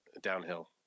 downhill